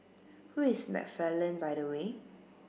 who is McFarland by the way